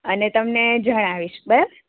અને તમને જણાવીશ બરાબર